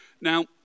Now